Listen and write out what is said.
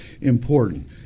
important